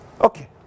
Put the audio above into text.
Okay